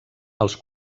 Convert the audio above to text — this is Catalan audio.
els